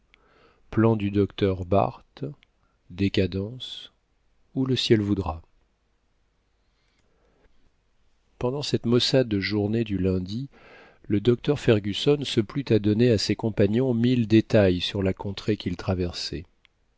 plan du docteur barth décadence où le ciel voudra pendant cette maussade journée du lundi le docteur fergusson se plut à donner à ses compagnons mille détails sur la contrée qu'ils traversaient